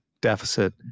deficit